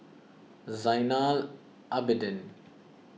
Zainal Abidin